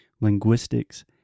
linguistics